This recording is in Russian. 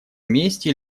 месте